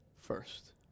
first